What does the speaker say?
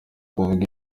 kuvuga